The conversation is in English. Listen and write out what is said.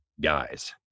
guys